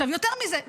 יותר מזה,